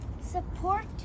support